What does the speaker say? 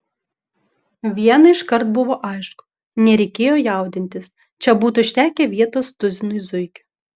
viena iškart buvo aišku nereikėjo jaudintis čia būtų užtekę vietos tuzinui zuikių